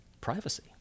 privacy